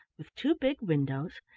with two big windows,